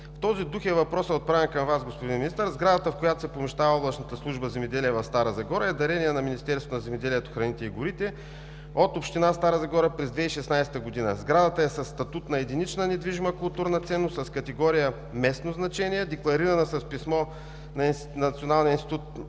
В този дух е въпросът, отправен към Вас, господин министър. Сградата, в която се помещава Областната дирекция „Земеделие“ в Стара Загора е дарена на Министерство на земеделието, храните и горите от община Стара Загора през 2016 г. Сградата е със статут на единична недвижима културна ценност, категория „местно значение“, декларирана с писмо на Националния институт